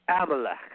Amalek